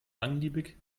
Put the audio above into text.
langlebig